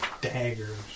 daggers